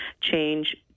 change